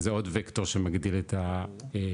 זה עוד וקטור שמגדיר את הצריכה,